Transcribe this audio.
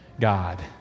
God